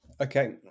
Okay